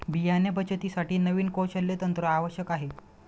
बियाणे बचतीसाठी नवीन कौशल्य तंत्र आवश्यक आहे